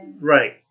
right